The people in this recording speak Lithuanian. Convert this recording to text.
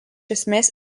esmės